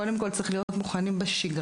קודם כול צריכים להיות מוכנים בשגרה.